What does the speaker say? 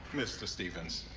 mr. stevens,